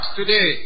today